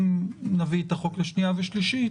אם נביא את החוק לשנייה ושלישית,